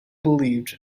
believed